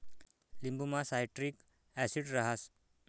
लिंबुमा citric acid रहास